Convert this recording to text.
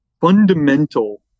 fundamental